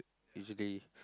usual day